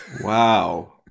Wow